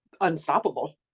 unstoppable